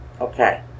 Okay